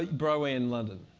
ah broadway in london.